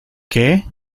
que